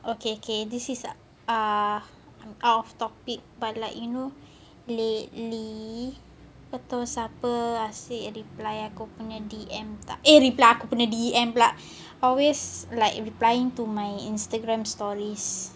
okay K this is err out of topic but like you know leh ni tak tahu siapa asyik reply aku punya D_M tak eh reply aku punya D_M pula always like replying to my instagram stories